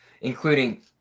including